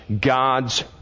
God's